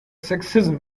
sexism